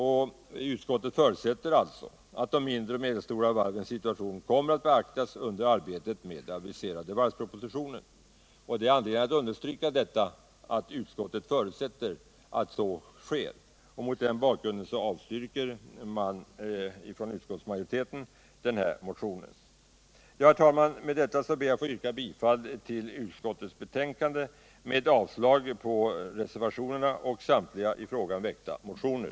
Utskottet förutsätter att de mindre och medelstora varvens situation kommer att beaktas under arbetet med den aviserade varvspropositionen. Det finns anledning att understryka att utskottet förutsätter att så sker. Mot den bakgrunden avstyrker utskottsmajoriteten den här motionen. Herr talman! Med detta ber jag att få yrka bifall till utskottets hemställan, vilken innebär avslag på reservationerna och samtliga i frågan väckta motioner.